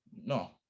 No